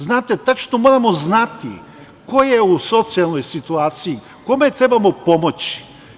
Znate, tačno moramo znati ko je u socijalnoj situaciji, kome trebamo pomoći.